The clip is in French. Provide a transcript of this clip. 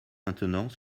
maintenant